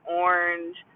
orange